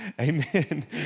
Amen